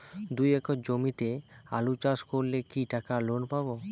দুই একর জমিতে আলু চাষ করলে কি টাকা লোন পাবো?